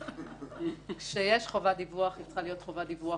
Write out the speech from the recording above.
כי החוק הזה משפר בכל המובנים,